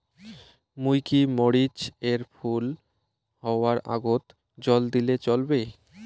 মুই কি মরিচ এর ফুল হাওয়ার আগত জল দিলে চলবে?